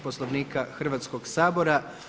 Poslovnika Hrvatskog sabora.